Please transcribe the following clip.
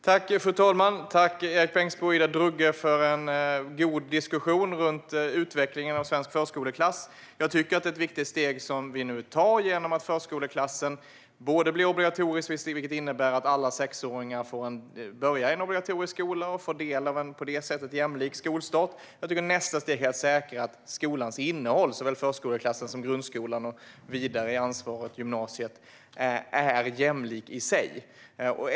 Fru talman! Tack, Erik Bengtzboe och Ida Drougge, för en god diskussion om utvecklingen av svensk förskoleklass! Jag tycker att det är ett viktigt steg som vi nu tar genom att se till att förskoleklassen blir obligatorisk, vilket innebär att alla sexåringar börjar i en obligatorisk skola och på det sättet får en jämlik skolstart. Jag tycker att nästa steg är att säkra att skolans innehåll, såväl i förskoleklass som grundskola och vidare på gymnasiet, är jämlikt.